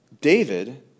David